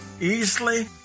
Easily